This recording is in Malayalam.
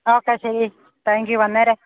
ഓക്കെ ശരി താങ്ക്യൂ വന്നേര്